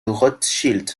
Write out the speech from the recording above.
rothschild